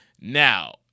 Now